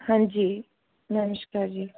ਹਾਂਜੀ ਨਮਸਕਾਰ ਜੀ